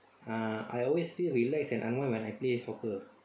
ah I always feel relax and unwind when I play soccer